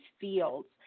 Fields